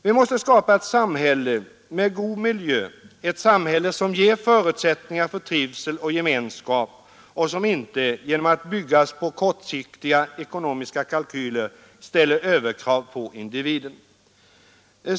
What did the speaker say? Vi måste skapa ett samhälle med god miljö, ett samhälle som ger förutsättningar för trivsel och gemenskap och som inte genom att byggas på kortsiktiga ekonomiska kalkyler ställer överkrav på individen.